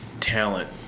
talent